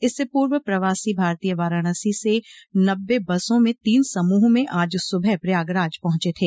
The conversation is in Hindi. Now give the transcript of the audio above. इससे पूर्व प्रवासी भारतीय वाराणसी से नब्बे बसों में तीन समूह में आज सुबह प्रयागराज पहुंचे थे